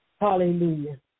Hallelujah